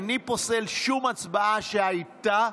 איני פוסל שום הצבעה שהייתה,